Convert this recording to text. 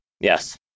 Yes